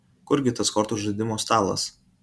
kur gi tas kortų žaidimo stalas